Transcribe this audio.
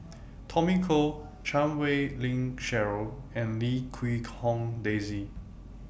Tommy Koh Chan Wei Ling Cheryl and Lim Quee Hong Daisy